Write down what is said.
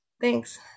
Thanks